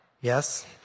Yes